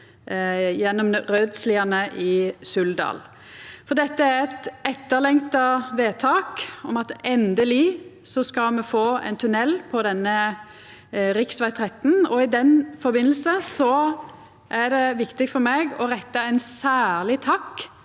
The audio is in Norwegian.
gjennom Rødsliane i Suldal, for dette er eit etterlengta vedtak om at me endeleg skal få ein tunnel på rv. 13. I den forbindelse er det viktig for meg å retta ein særleg takk